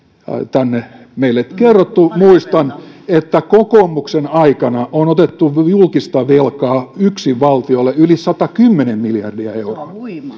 meille kerrottu muistan että kokoomuksen aikana on otettu julkista velkaa yksin valtiolle yli satakymmentä miljardia euroa